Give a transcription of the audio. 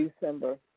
December